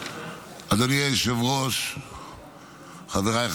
ממני קודם לקצר ולמתוח, אז אני לא יודע איך